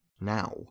now